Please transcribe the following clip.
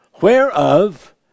whereof